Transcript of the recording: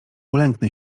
ulęknę